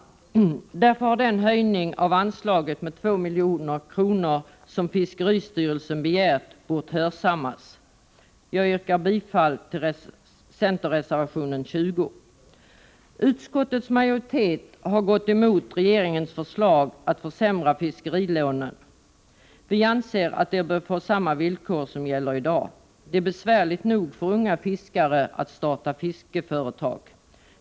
Därför borde fiskeristyrelsens begäran om en höjning av anslaget på 2 milj.kr. ha hörsammats. Jag yrkar bifall till centerreservationen 20. Utskottets majoritet har gått emot regeringens förslag att försämra fiskerilånen. Vi anser att samma villkor som i dag bör gälla. Det är besvärligt nog för unga fiskare att starta fiskeföretag.